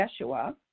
Yeshua